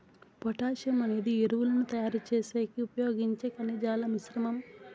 potassium అనేది ఎరువులను తయారు చేసేకి ఉపయోగించే ఖనిజాల మిశ్రమం